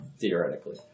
theoretically